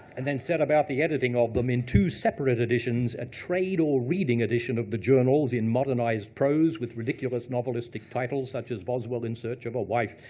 and then set about the editing of them in two separate editions, a trade, or reading, edition of the journals in modernized prose, with ridiculous novelistic titles, such as boswell in search of a wife,